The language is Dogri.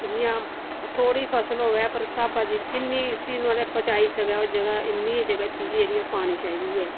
जि'यां थोह्ड़ी फसल होवे पर स्हाबा दी जिन्नी उसी मतलब पचाई सकै जगह इन्नी गै जगह च जेह्ड़ी ऐ ओह् पानी चाहिदी ऐ